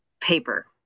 paper